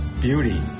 beauty